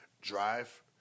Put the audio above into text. drive